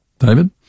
David